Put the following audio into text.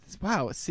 Wow